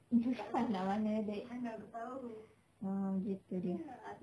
dekat lah mana ada oh itu dia